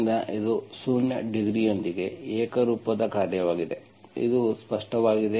ಆದ್ದರಿಂದ ಇದು ಶೂನ್ಯ ಡಿಗ್ರಿಯೊಂದಿಗೆ ಏಕರೂಪದ ಕಾರ್ಯವಾಗಿದೆ ಇದು ಸ್ಪಷ್ಟವಾಗಿದೆ